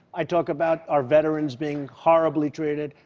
i talk about our veterans being horribly treated.